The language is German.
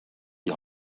die